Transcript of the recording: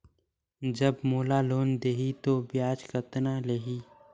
जब मोला लोन देही तो ब्याज कतना लेही?